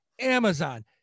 Amazon